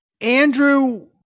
Andrew